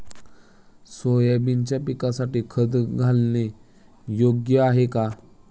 सोयाबीनच्या पिकासाठी खत घालणे योग्य आहे का?